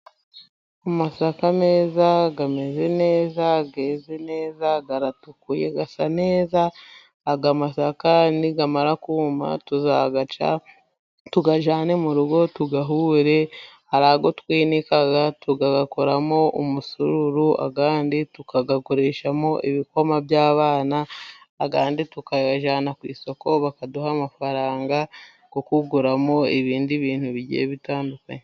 Amasaka meza, ameze neza, yeze neza, aratukuye, asa neza, aya masaka namara kuma tuzayaca tuyajyane mu rugo tuyahure, hari ayo twinika tukayakoramo umusururu, ayandi tukagagurishamo ibikoma by'abana, ayandi tukayajyana ku isoko bakaduha amafaranga yo kuguramo ibindi bintu bigiye bitandukanye.